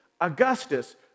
Augustus